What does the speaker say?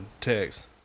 text